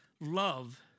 love